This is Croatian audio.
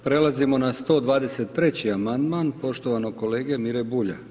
Prelazimo na 123. amandman poštovanog kolege Mire Bulja.